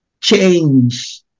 change